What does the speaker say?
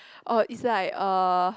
orh it's like uh